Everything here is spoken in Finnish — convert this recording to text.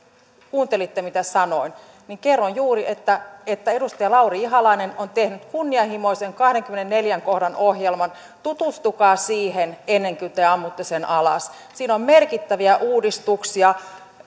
kuuntelitte mitä sanoin että että edustaja lauri ihalainen on tehnyt kunnianhimoisen kahdennenkymmenennenneljännen kohdan ohjelman tutustukaa siihen ennen kuin te ammutte sen alas siinä on merkittäviä uudistuksia